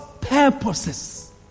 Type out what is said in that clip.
purposes